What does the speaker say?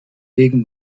wegen